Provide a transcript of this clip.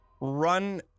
run